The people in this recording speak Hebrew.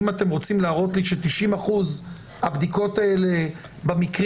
אם אתם רוצים להראות לי שב-90% הבדיקות האלה במקרים